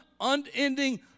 unending